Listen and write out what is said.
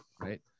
right